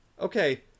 Okay